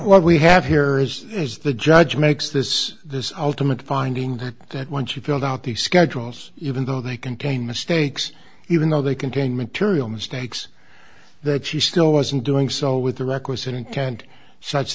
what we have here is the judge makes this this ultimate finding that that once you filled out the schedules even though they contain mistakes even though they contain material mistakes that she still wasn't doing so with the requisite intent such